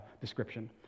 description